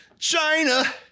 China